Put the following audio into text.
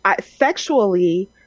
sexually